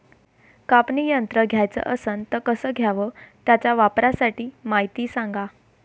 कापनी यंत्र घ्याचं असन त कस घ्याव? त्याच्या वापराची मायती सांगा